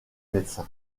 médecin